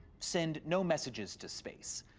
send no messages to space.